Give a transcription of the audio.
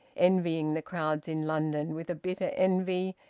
envying the crowds in london with a bitter envy,